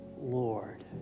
Lord